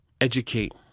educate